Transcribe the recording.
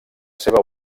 seva